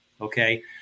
Okay